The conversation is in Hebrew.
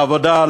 לעבודה,